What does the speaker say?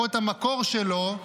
ובהפקות המקור שלו,